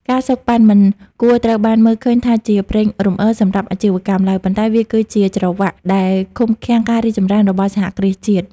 ការសូកប៉ាន់ មិនគួរត្រូវបានមើលឃើញថាជា "ប្រេងរំអិល" សម្រាប់អាជីវកម្មឡើយ ប៉ុន្តែវាគឺជា "ច្រវាក់" ដែលឃុំឃាំងការរីកចម្រើនរបស់សហគ្រាសជាតិ។